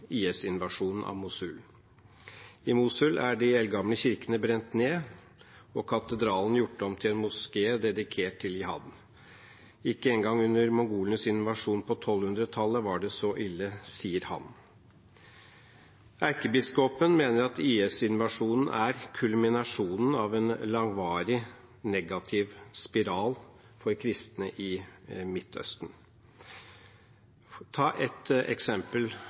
IS-invasjonen av Mosul. I Mosul er de eldgamle kirkene brent ned og katedralen gjort om til en moské dedikert til jihad. Ikke engang under mongolenes invasjon på 1200-tallet var det så ille, sier han. Erkebiskopen mener at IS-invasjonen er kulminasjonen av en langvarig, negativ spiral for kristne i Midtøsten. La meg ta et eksempel